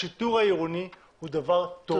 השיטור העירוני הוא דבר טוב.